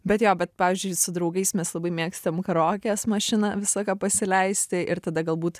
bet jo bet pavyzdžiui su draugais mes labai mėgstam karaokes mašina visą laiką pasileisti ir tada galbūt